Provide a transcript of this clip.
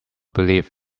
believe